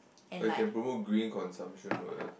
or you can promote green consumption what